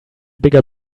bigger